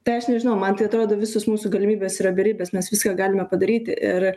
tai aš nežinau man tai atrodo visos mūsų galimybės yra beribės mes viską galime padaryti ir